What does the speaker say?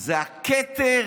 הם הכתר